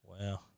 Wow